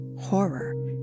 horror